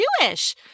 Jewish